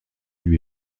lui